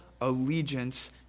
allegiance